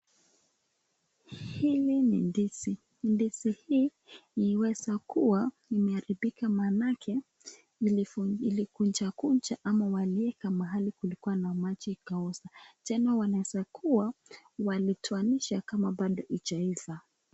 Hili ni ndizi. Ndizi hii inaweza kuwa imeharibika maanake ilikunjakunja ama walieka mahali kulikuwa na maji ikaoza .Tena wanaeza kuwa walitoanisha kama bado haijaiva.